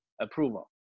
approval